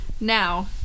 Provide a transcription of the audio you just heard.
now